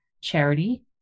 charity